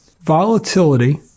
volatility